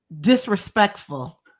disrespectful